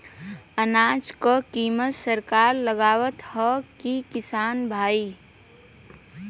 अनाज क कीमत सरकार लगावत हैं कि किसान भाई?